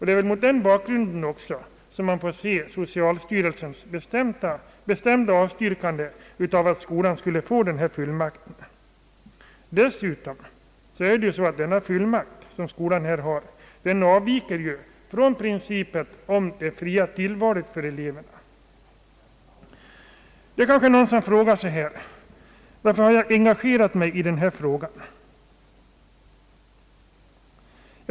Det är mot den bakgrunden som man får se socialstyrelsens bestämda avstyrkande av att skolan skulle ges en sådan fullmakt. Dessutom avviker ett sådant förfarande från principen om det fria tillvalet för eleverna. Någon kanske frågar sig varför jag har engagerat mig i denna fråga.